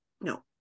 no